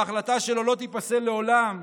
ההחלטה שלו לא תיפסל לעולם.